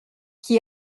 qui